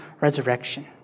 resurrection